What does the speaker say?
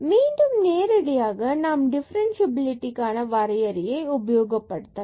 மீண்டும் நேரடியாக நாம் டிஃபரன்ஸ்சியபிலிடிக்கான வரையறையை உபயோகப்படுத்தலாம்